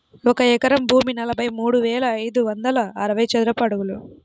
ఒక ఎకరం భూమి నలభై మూడు వేల ఐదు వందల అరవై చదరపు అడుగులు